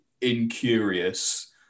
incurious